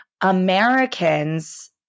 Americans